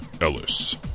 Ellis